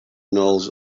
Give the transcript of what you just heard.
knows